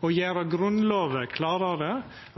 å gjera Grunnlova klarare,